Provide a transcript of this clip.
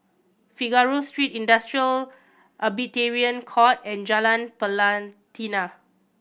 Figaro Street Industrial Arbitration Court and Jalan Pelatina